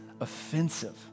offensive